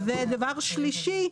שלישית,